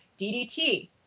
DDT